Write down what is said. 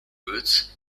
root